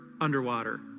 underwater